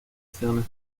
opciones